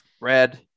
Red